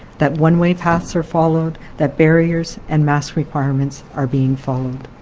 that one-way paths are followed, that barriers and mask requirements are being followed.